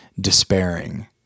despairing